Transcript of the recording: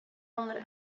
ander